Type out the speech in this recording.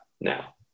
now